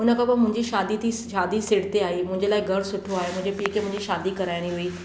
हुन खां पोइ मुंहिंजी शादी थी शादी सिर ते आई मुंहिंजे लाइ घर सुठो आहियो मुंहिंजे पीउ खे मुंहिंजी शादी कराइणी हुई